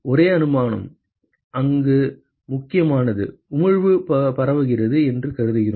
ஒரே அனுமானம் இங்கு முக்கியமானது உமிழ்வு பரவுகிறது என்று கருதுகிறோம்